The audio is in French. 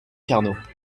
carnot